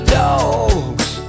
dogs